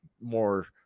more